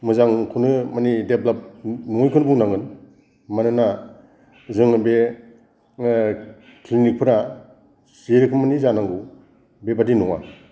मोजांखौनो माने देभलाप्त नुयैखौनो बुंनांगोन मानोना जोङो बे क्लिनिक फोरा जेरोखोमनि जानांगौ बेबादि नङा